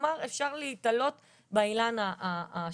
כלומר אפשר להיתלות באילן השיפוטי.